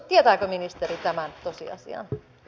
tietääkö ministeri tämän tosiasian